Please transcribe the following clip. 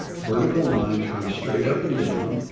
vertical lines run straight up and down